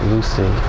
Lucy